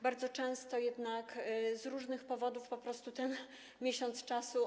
Bardzo często jednak z różnych powodów po prostu ten miesiąc czasu.